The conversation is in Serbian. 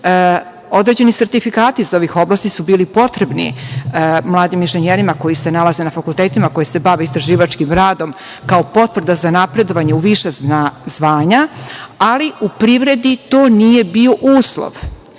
struke. Određeni sertifikati iz ovih oblasti su bili potrebni mladim inženjerima koji se nalaze na fakultetima koji se bave istraživačkim radom, kao potvrda za napredovanje u više zvanja, ali u privredi to nije bio uslov. Zato